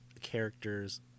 character's